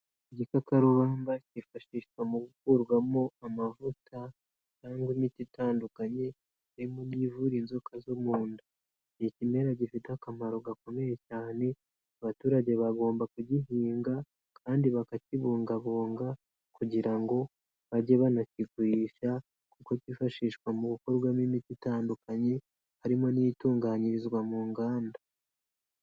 Igikakarubamba cyifashishwa mu gukurwamo amavuta cyangwa imiti itandukanye harimo n'ivura inzoka zo mu nda. Ni ikimera gifite akamaro gakomeye cyane, abaturage bagomba kugihinga kandi bakakibungabunga kugira ngo bajye banakigurisha kuko kifashishwa mu gukorwamo imiti itandukanye, harimo n'iyitunganyirizwa mu nganda.